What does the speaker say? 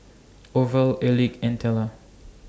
Orval Elick and Tella